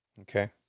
Okay